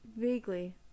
Vaguely